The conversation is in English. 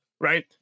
right